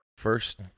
first